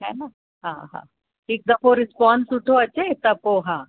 हान हा हा ठीकु आहे न हा हा हिकु दफ़ो रिस्पॉन्स सुठो अचे त पोइ हा